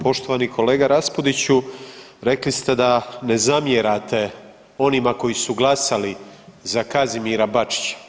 Poštovani kolega Raspudiću rekli ste da ne zamjerate onima koji su glasali za Kazimira Bačića.